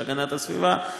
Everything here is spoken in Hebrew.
של הגנת הסביבה,